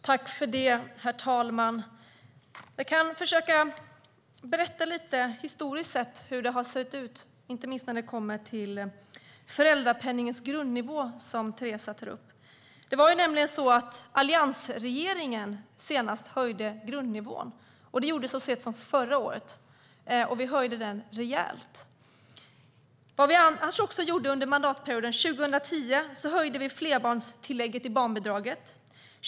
Herr talman! Jag kan försöka berätta hur det har sett ut historiskt, inte minst när det gäller föräldrapenningens grundnivå som Teresa tar upp. Det var nämligen alliansregeringen som senast höjde grundnivån. Det gjorde vi så sent som förra året, och vi höjde den rejält. Vi gjorde också annat under mandatperioden. 2010 höjde vi flerbarnstillägget i barnbidraget.